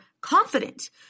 confident